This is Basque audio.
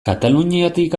kataluniatik